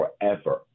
forever